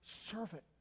servant